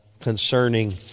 concerning